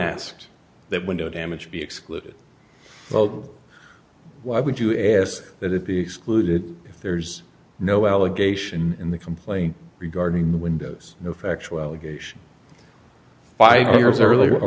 asked that window damage be excluded well why would you ask that it be excluded if there's no allegation in the complaint regarding the windows no factual allegation